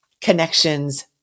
connections